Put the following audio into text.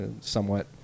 somewhat